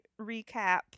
recap